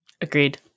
Agreed